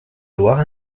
loire